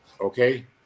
okay